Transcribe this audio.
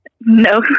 No